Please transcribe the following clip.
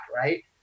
right